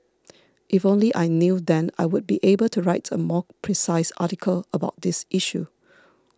if only I knew then I would be able to write a more precise article about this issue